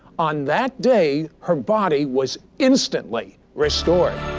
on that day, her body was instantly restored.